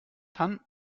tan